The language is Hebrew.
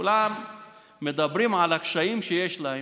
כולם מדברים על הקשיים שיש להם,